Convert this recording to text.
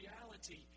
reality